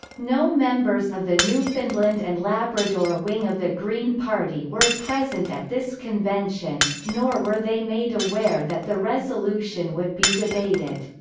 no members of the newfoundland and labrador wing of the green party were present at this convention nor were they made aware that the resolution would be debated.